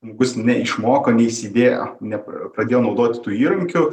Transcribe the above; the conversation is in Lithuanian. žmogus neišmoko neįsidė nepra pradėjo naudoti tų įrankių